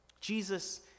Jesus